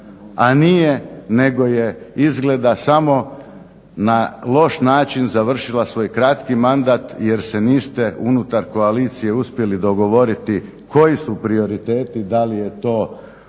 A nije nego je izgleda samo na loš način završila svoj kratki mandat jer se niste unutar koalicije uspjeli dogovoriti koji su prioriteti. Da li je to ovog